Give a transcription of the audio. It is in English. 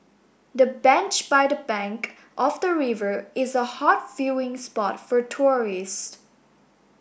the bench by the bank of the river is a hot viewing spot for tourists